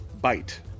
Bite